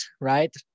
right